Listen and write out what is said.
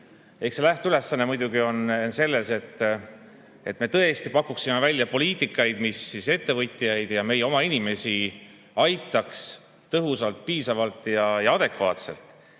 [ühelt poolt] muidugi on see, et me tõesti pakuksime välja poliitikaid, mis ettevõtjaid ja meie oma inimesi aitaks tõhusalt, piisavalt ja adekvaatselt.